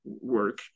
work